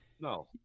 No